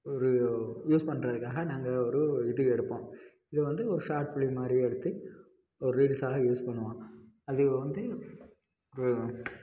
ஒரு யூஸ் பண்ணுறதுக்காக நாங்கள் ஒரு இது எடுப்போம் இதை வந்து ஒரு ஷார்ட் பிலிம் மாதிரி எடுத்து ஒரு ரீல்ஸாக யூஸ் பண்ணுவோம் அது வந்து ஒரு